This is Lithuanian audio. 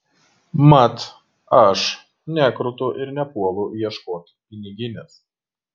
mat aš nekrutu ir nepuolu ieškot piniginės